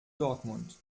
dortmund